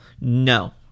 No